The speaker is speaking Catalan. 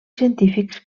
científics